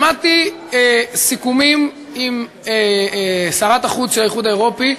שמעתי סיכומים עם שרת החוץ של האיחוד האירופי,